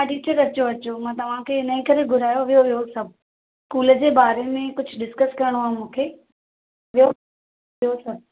हा टीचर अचो अचो मां तव्हांखे हिन जे करे घुरायो बि हुओ सभु स्कूल जे बारे में कुझु डिस्कस करिणो आहे मूंखे ॿियो ॿियो छा